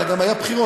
אלא גם היו בחירות,